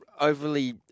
overly